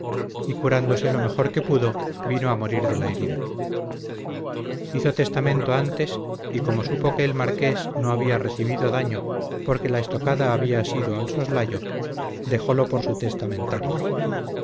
y curándose lo mejor que pudo vino a morir de la herida hizo testamento antes y como supo que el marqués no había recibido daño porque la estocada había sido al soslayo dejolo por su testamentario